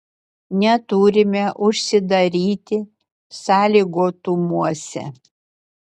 neturime užsidaryti sąlygotumuose